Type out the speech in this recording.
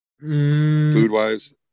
Food-wise